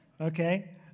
okay